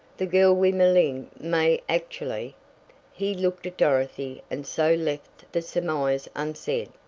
the girl we malign may actually he looked at dorothy and so left the surmise unsaid.